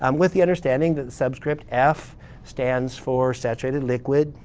um with the understanding that the subscript f stands for saturated liquid,